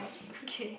okay